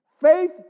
Faith